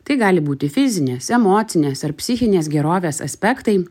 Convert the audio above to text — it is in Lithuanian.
tai gali būti fizinės emocinės ar psichinės gerovės aspektai